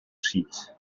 sheet